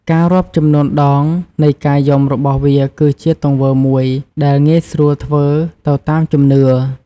ការរាប់ចំនួនដងនៃការយំរបស់វាគឺជាទង្វើមួយដែលងាយស្រួលធ្វើទៅតាមជំនឿ។